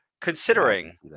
Considering